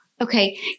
okay